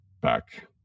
back